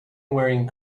wearing